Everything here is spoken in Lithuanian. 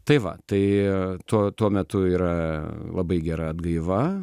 tai va tai tuo tuo metu yra labai gera atgaiva